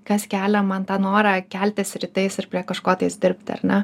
kas kelia man tą norą keltis rytais ir prie kažko tais dirbti ar ne